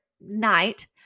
night